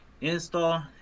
Install